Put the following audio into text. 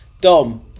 Dom